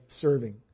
serving